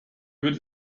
wird